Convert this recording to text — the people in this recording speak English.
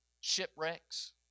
shipwrecks